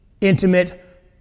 intimate